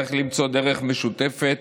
צריך למצוא דרך משותפת,